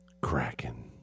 Kraken